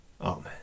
Amen